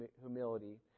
humility